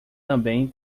também